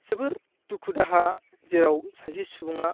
जोबोर दुखु दाहा जेराव सासे सुबुङा